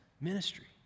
ministry